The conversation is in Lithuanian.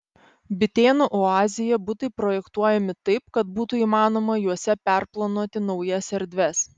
bitėnų oazėje butai projektuojami taip kad būtų įmanoma juose perplanuoti naujas erdves